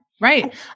right